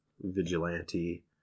vigilante